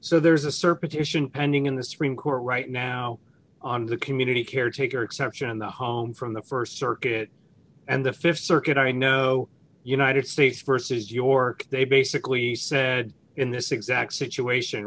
so there's a circuit ition pending in the supreme court right now on the community caretaker exception in the home from the st circuit and the th circuit i know united states versus york they basically said in this exact situation